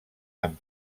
amb